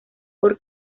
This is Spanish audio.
por